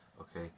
Okay